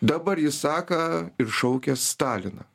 dabar jis saka ir šaukia staliną